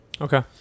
Okay